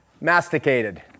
masticated